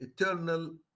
eternal